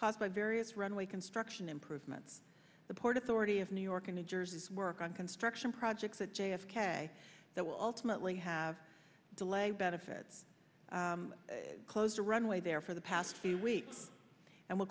caused by various runway construction improvements the port authority of new york and new jersey's work on construction projects at j f k that will ultimately have delayed benefits closed a runway there for the past few weeks and w